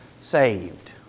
Saved